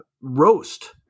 roast